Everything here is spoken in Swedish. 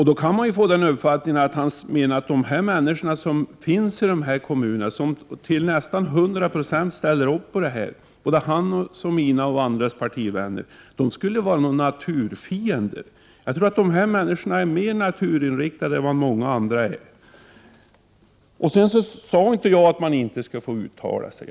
Då kan man ju få uppfattningen att dessa människor som bor i de här kommunerna och som till nästan 100 9; ställer upp på det här — både hans och mina och andras partivänner — skulle vara något slags naturfiender. Jag tror att dessa människor är mer naturinriktade än vad många andra är. Jag sade inte att man inte skulle få uttala sig.